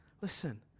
Listen